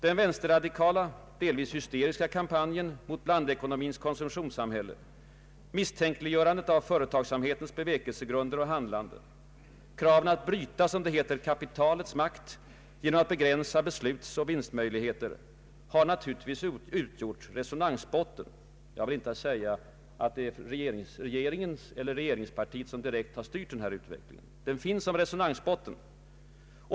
Den vänsterradikala, delvis hysteriska, kampanjen mot blandekonomins konsumtionssamhälle, misstänkliggörandet av företagsamhetens bevekelsegrunder och handlande, kraven att bryta ”kapitalets makt” genom att begränsa beslutsoch vinstmöjligheter, har naturligtvis utgjort resonansbotten. Jag vill inte säga att det är regeringen eller regeringspartiet som direkt har styrt denna utveckling. Den har skapat resonansbotten.